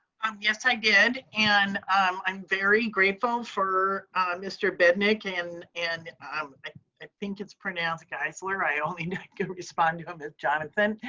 um yes, i did. and um i'm very grateful for mr. bidnick, and and i think it's pronounced geiszler. i only not gonna respond to them as jonathan,